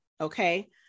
okay